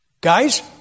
Guys